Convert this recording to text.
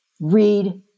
read